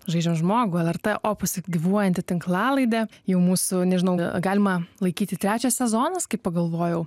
žaidžiam žmogų lrt opus gyvuojanti tinklalaidė jau mūsų nežinau galima laikyti trečias sezonas kaip pagalvojau